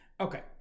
okay